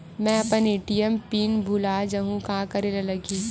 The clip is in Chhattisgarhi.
मैं अपन ए.टी.एम पिन भुला जहु का करे ला लगही?